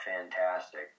fantastic